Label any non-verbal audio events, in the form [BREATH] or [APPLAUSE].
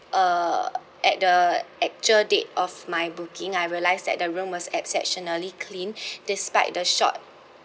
uh at the actual date of my booking I realised that the room was exceptionally clean [BREATH] despite the short